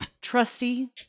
trusty